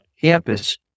campus